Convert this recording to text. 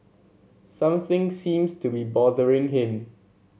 something seems to be bothering him